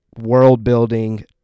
world-building